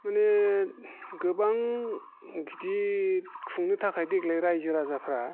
माने गोबां गिदिर खुंनो थाखाय देग्लाय राइजो राजाफोरा